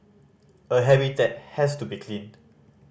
a habitat has to be clean